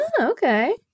Okay